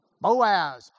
Boaz